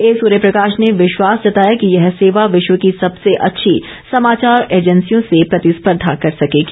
ए सूर्य प्रकाश ने विश्वास जताया कि यह सेवा विश्व की सबसे अच्छी समाचार एजेंसियों से प्रतिस्पर्धा कर सकेगी